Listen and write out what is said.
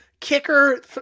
Kicker